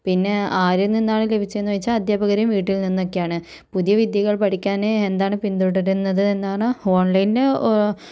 പിന്നെ ആരിൽ നിന്നാണ് ലഭിച്ചെന്ന് ചോദിച്ചാൽ അധ്യാപകര് വീട്ടിൽ നിന്നൊക്കെയാണ് പുതിയ വിദ്യകൾ പഠിക്കാന് എന്താണ് പിന്തുടരുന്നത് എന്നാണു ഓൺലൈന്